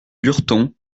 lurton